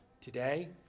today